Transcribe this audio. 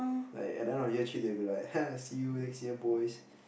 like at the end of year three they will be like !ha! see you next year boys